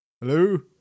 Hello